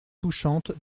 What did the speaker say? touchante